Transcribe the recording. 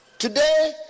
Today